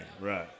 Right